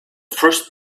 first